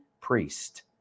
priest